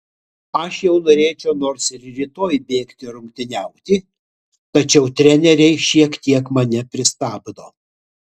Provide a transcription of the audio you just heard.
aš jau norėčiau nors ir rytoj bėgti rungtyniauti tačiau treneriai šiek tiek mane pristabdo